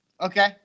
Okay